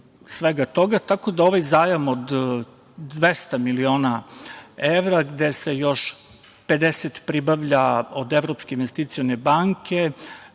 svega toga, tako da ovaj zajam od 200 miliona evra, gde se još 50 pribavlja od Evropske investicione banke